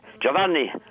Giovanni